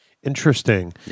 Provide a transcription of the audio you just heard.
Interesting